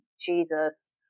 Jesus